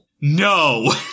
No